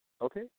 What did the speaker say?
Okay